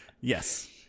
Yes